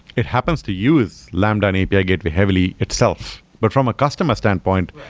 it happens to use lambda and api gateway heavily itself. but from a customer standpoint,